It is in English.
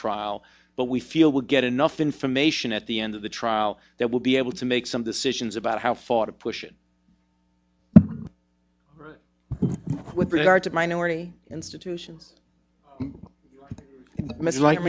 trial but we feel we'll get enough information at the end of the trial that will be able to make some decisions about how far to push it with regard to minority institutions many like